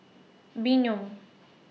Bynum